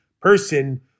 person